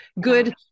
good